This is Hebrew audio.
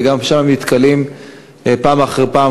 וגם שם נתקלים פעם אחר פעם,